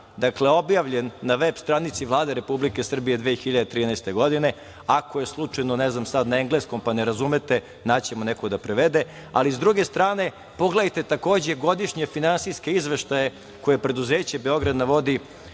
dakle, objavljen na veb stranici Vlade Republike Srbije 2013. godine. Ako je slučajno ne znam sada na engleskom pa ne razumete naći ćemo nekog da prevede.S druge strane, pogledajte godišnje finansijske izveštaje koje preduzeće „Beograd na vodi“